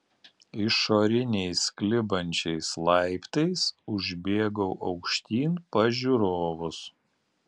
išoriniais klibančiais laiptais užbėgau aukštyn pas žiūrovus